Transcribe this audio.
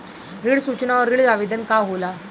ऋण सूचना और ऋण आवेदन का होला?